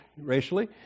racially